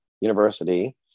University